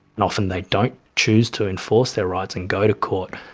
and often they don't choose to enforce their rights and go to court,